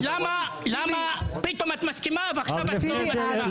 למה פתאום את מסכימה ועכשיו את לא מסכימה.